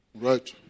right